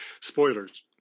spoilers